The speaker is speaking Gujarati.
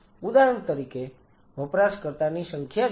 ઉદાહરણ તરીકે વપરાશકર્તાની સંખ્યા જુઓ